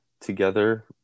Together